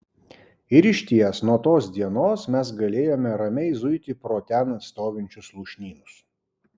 ir išties nuo tos dienos mes galėjome ramiai zuiti pro ten stovinčius lūšnynus